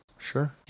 sure